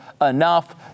enough